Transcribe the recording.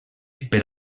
per